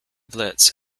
blitz